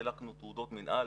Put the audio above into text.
חילקנו תעודות מינהל